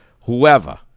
whoever